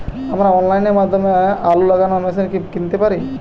আমরা অনলাইনের মাধ্যমে আলু লাগানো মেশিন কি কিনতে পারি?